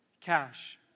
Cash